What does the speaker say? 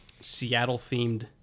Seattle-themed